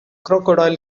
crocodile